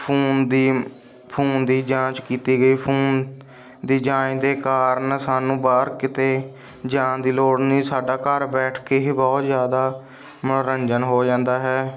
phone ਦੀ phone ਦੀ ਜਾਂਚ ਕੀਤੀ ਗਈ ਫੂਨ ਦੀ ਜਾਂਚ ਦੇ ਕਾਰਨ ਸਾਨੂੰ ਬਾਹਰ ਕਿਤੇ ਜਾਣ ਦੀ ਲੋੜ ਨਹੀਂ ਸਾਡਾ ਘਰ ਬੈਠ ਕੇ ਹੀ ਬਹੁਤ ਜ਼ਿਆਦਾ ਮਨੋਰੰਜਨ ਹੋ ਜਾਂਦਾ ਹੈ